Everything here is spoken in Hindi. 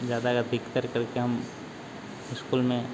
ज़्यादा अधिकतर कर के हम इस्कुल में